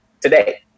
today